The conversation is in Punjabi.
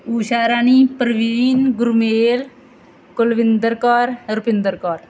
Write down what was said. ਊਸ਼ਾ ਰਾਣੀ ਪ੍ਰਵੀਨ ਗੁਰਮੇਲ ਕੁਲਵਿੰਦਰ ਕੌਰ ਰੁਪਿੰਦਰ ਕੌਰ